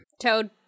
Toad